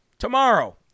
tomorrow